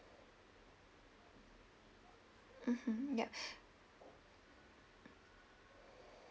mmhmm yup